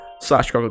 slash